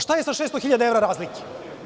Šta je sa 600.000 evra razlike?